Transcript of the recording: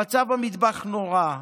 המצב במטבח נורא,